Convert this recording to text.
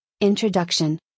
Introduction